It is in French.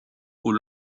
aux